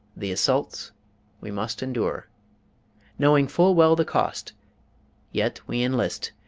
the assaults we must endure knowing full well the cost yet we enlist,